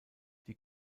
die